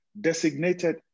designated